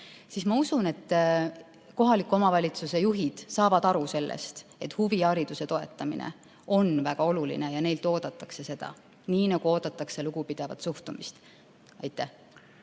ma usun, et kohaliku omavalitsuse juhid saavad aru, et huvihariduse toetamine on väga oluline ja neilt oodatakse seda. Nii nagu oodatakse lugupidavat suhtumist. Aitäh